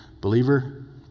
Believer